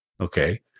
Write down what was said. Okay